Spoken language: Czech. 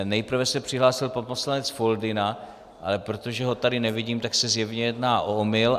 Nejprve se přihlásil pan poslanec Foldyna, ale protože ho tady nevidím, tak se zjevně jedná o omyl.